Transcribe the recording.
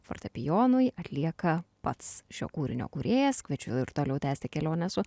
fortepijonui atlieka pats šio kūrinio kūrėjas kviečiu ir toliau tęsti kelionę su